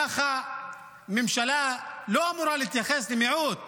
ככה ממשלה לא אמורה להתייחס למיעוט.